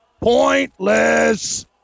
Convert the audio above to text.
Pointless